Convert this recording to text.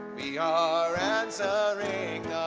we are answering